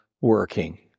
working